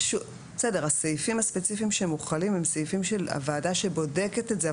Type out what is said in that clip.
הסעיפים הספציפיים שמוחלים הם סעיפים של הוועדה שבודקת את זה,